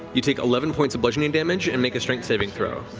you take eleven points of bludgeoning damage and make a strength saving throw.